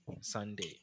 Sunday